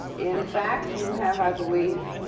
in fact, you have, i believe,